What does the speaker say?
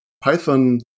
Python